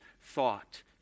thought